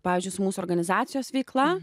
pavyzdžiui su mūsų organizacijos veikla